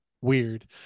weird